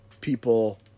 people